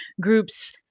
groups